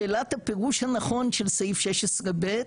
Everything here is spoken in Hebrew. שאלת הפירוש הנכון של סעיף 16 ב'